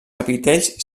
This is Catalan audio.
capitells